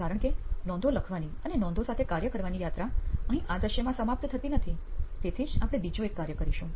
કારણ કે નોંધો લખવાની અને નોંધો સાથે કાર્ય કરવાની યાત્રા અહીં આ દૃશ્યમાં સમાપ્ત થતી નથી તેથી જ આપણે બીજું એક કાર્ય કરીશું